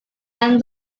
and